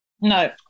No